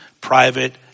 private